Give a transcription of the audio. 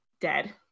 dead